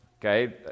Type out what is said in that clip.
Okay